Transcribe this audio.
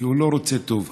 כי הוא לא רוצה טוב כאן.